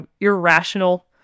irrational